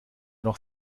noch